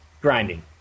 grinding